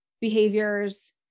behaviors